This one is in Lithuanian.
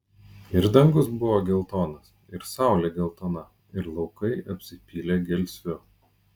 ir dangus buvo geltonas ir saulė geltona ir laukai apsipylė gelsviu